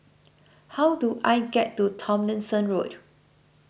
how do I get to Tomlinson Road